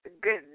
Good